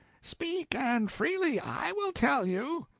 speak, and freely. i will tell you.